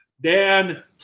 Dan